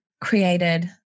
created